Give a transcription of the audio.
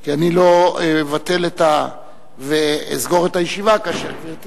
כי אני לא אבטל ואסגור את הישיבה כאשר גברתי